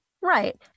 Right